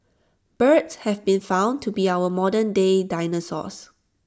birds have been found to be our modernday dinosaurs